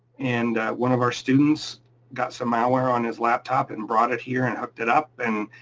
and one of our students got some malware on his laptop and brought it here and hooked it up and